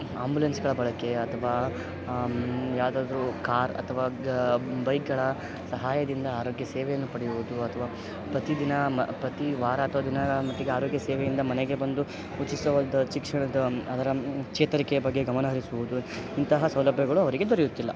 ಆಂಬುಲೆನ್ಸ್ಗಳ ಬಳಕೆ ಅಥವಾ ಯಾವುದಾದ್ರು ಕಾರ್ ಅಥವಾ ಗ ಬೈಕ್ಗಳ ಸಹಾಯದಿಂದ ಆರೋಗ್ಯ ಸೇವೆಯನ್ನು ಪಡೆಯವುದು ಅಥವಾ ಪ್ರತಿದಿನ ಮ ಪ್ರತಿ ವಾರ ಅಥವಾ ದಿನಗಳ ಮಟ್ಟಿಗೆ ಆರೋಗ್ಯ ಸೇವೆಯಿಂದ ಮನೆಗೆ ಬಂದು ಉಚಿತವಾದ ಶಿಕ್ಷಣದ ಅದರ ಚೇತರಿಕೆಯ ಬಗ್ಗೆ ಗಮನಹರಿಸುವುದು ಇಂತಹ ಸೌಲಭ್ಯಗಳು ಅವರಿಗೆ ದೊರೆಯುತ್ತಿಲ್ಲ